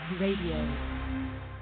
Radio